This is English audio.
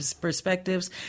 perspectives